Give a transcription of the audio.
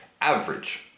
average